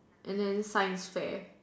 and then science fair